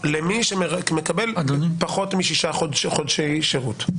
למי שמקבל פחות משישה חודשי שירות.